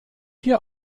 hier